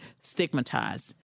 stigmatized